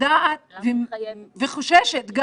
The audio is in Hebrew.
יודעת וחוששת,